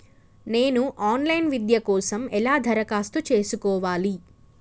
నేను online విద్య కోసం ఎలా దరఖాస్తు చేసుకోవాలి?